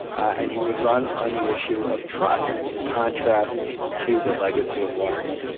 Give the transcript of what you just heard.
and he would run on the issue of trust in contrast to the legacy of watergate.